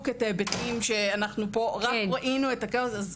את ההיבטים שאנחנו פה ראינו את הכאוס.